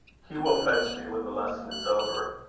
he will fetch me when the lesson is over.